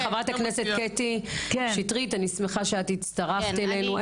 חברת הכנסת קטי שטרית אני שמחה שאת הצטרפת אלינו.